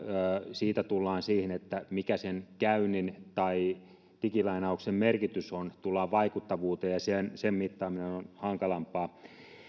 siitä tullaan siihen mikä sen käynnin tai digilainauksen merkitys on tullaan vaikuttavuuteen ja sen mittaaminen on hankalampaa